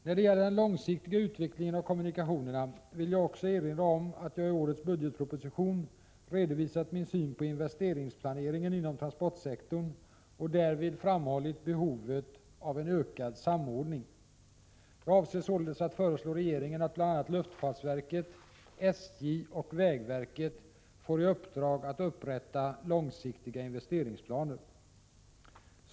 När det gäller den långsiktiga utvecklingen av kommunikationerna vill jag också erinra om att jag i årets budgetproposition redovisat min syn på investeringsplaneringen inom transportsektorn och därvid framhållit behovet av ökad samordning. Jag avser således att föreslå regeringen att bl.a. luftfartsverket, SJ och vägverket får i uppdrag att upprätta långsiktiga investeringsplaner.